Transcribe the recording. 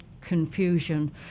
confusion